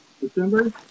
December